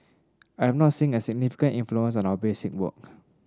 I have not seen a significant influence on our basic work